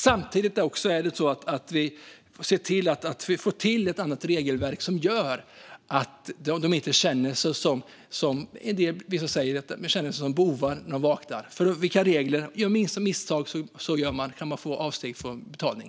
Samtidigt måste vi få fram ett annat regelverk som gör att mjölkbönderna inte känner sig som bovar när de vaknar. Vid minsta misstag blir det avsteg från betalning.